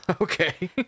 okay